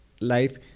life